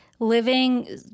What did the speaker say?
Living